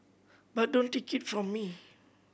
but don't take it from me